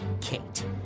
Kate